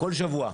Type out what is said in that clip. כל שבוע.